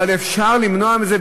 אבל אפשר למנוע את זה,